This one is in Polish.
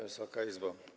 Wysoka Izbo!